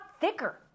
thicker